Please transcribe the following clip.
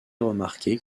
remarqué